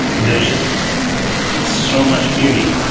there's just so much beauty.